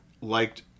liked